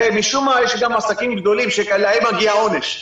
ומשום מה, יש גם גדולים שלהם מגיע עונש.